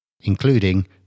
including